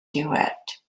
dewitt